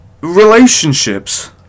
relationships